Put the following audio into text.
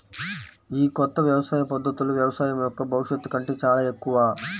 ఈ కొత్త వ్యవసాయ పద్ధతులు వ్యవసాయం యొక్క భవిష్యత్తు కంటే చాలా ఎక్కువ